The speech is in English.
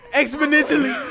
exponentially